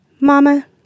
Mama